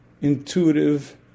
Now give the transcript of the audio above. intuitive